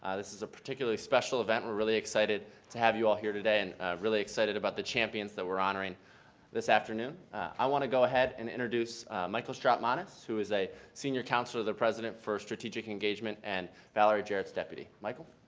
this is a particularly special event. we're really excited to have you all here today and really excited about the champions that we're honoring this afternoon. i want to go ahead and introduce michael strautmanis who is a senior counselor of the president for strategic engagement and valerie jarrett's deputy. michael?